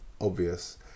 obvious